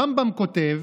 הרמב"ם כותב